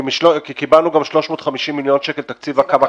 קיבלנו גם 350 מיליון שקל לתקציב הקמה